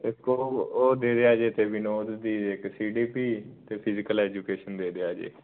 ਇਕ ਉਹ ਉਹ ਦੇ ਦਿਆ ਜੇ ਵਿਨੋਦ ਦੀ ਇੱਕ ਸੀਡੀਪੀ ਅਤੇ ਫਿਜੀਕਲ ਐਜੂਕੇਸ਼ਨ ਦੇ ਦਿਆ ਜੀ